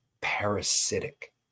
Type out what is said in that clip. parasitic